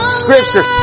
scripture